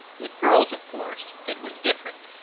with girls, of course, it was different.